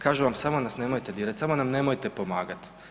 Kažu vam, samo nas nemojte dirati, samo nam nemojte pomagati.